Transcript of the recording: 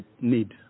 need